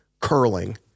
curling